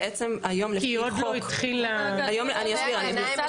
היום לפי החוק --- כי עוד לא התחיל --- אני מנסה